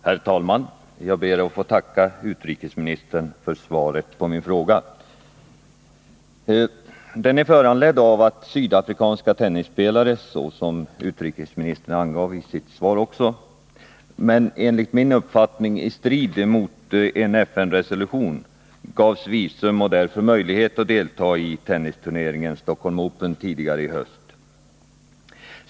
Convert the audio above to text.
Herr talman! Jag ber att få tacka utrikesministern för svaret på min fråga. Den är föranledd av att sydafrikanska tennisspelare, enligt min uppfattning i strid mot en FN-resolution, gavs visum och därmed möjlighet att delta i tennisturneringen Stockholm Open tidigare i höst.